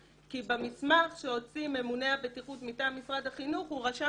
כי במסמך שהוציא ממונה הבטיחות מטעם משרד החינוך הוא רשם